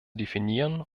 definieren